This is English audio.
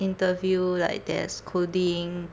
interview like there's coding